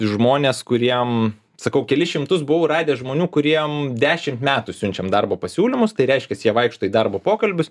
žmones kuriem sakau kelis šimtus buvau radęs žmonių kuriem dešimt metų siunčiam darbo pasiūlymus tai reiškias jie vaikšto į darbo pokalbius